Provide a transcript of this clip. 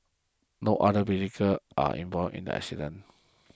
no other vehicle are involved in the accident